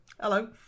Hello